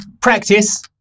practice